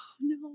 no